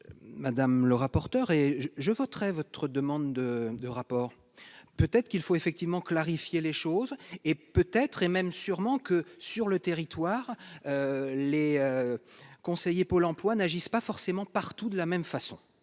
madame le rapporteur, et je voterai votre demande de rapport, peut-être qu'il faut effectivement clarifier les choses et peut être et même sûrement que sur le territoire, les conseillers Pôle Emploi n'agissent pas forcément partout de la même façon,